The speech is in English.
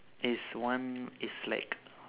this one it's like